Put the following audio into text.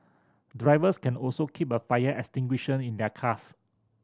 drivers can also keep a fire extinguisher in their cars